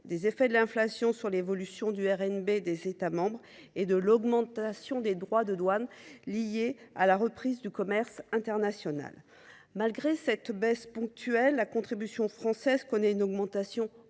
des effets de l’inflation sur l’évolution du RNB des États membres et de l’augmentation des droits de douane en raison de la reprise du commerce international. Malgré cette baisse ponctuelle, la contribution française connaît une augmentation